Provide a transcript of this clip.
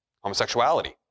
homosexuality